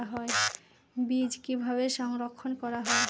বীজ কিভাবে সংরক্ষণ করা যায়?